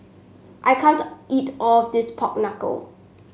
I can't eat all of this Pork Knuckle